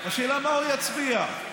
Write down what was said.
השאלה מה הוא יצביע.